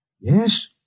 Yes